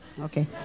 Okay